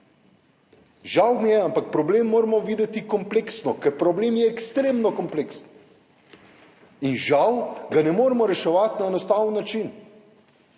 Žal mi je, ampak problem moramo videti kompleksno, ker problem je ekstremno kompleksen in ga žal ne moremo reševati na enostaven način.